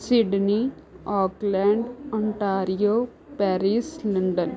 Sydney Auckland Ontario Paris London